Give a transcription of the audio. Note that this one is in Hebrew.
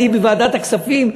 אני בוועדת הכספים,